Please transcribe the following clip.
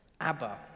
Abba